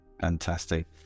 Fantastic